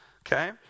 okay